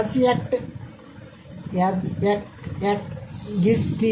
కాబట్టి ఎజ్ ఎక్ ఎట్ఈజ్ టి